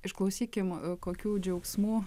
išklausykim kokių džiaugsmų